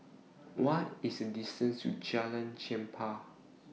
What IS The distance to Jalan Chempah